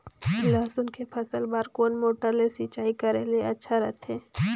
लसुन के फसल बार कोन मोटर ले सिंचाई करे ले अच्छा रथे?